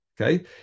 Okay